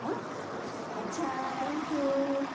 हां अच्छा थँक्यू